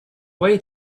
way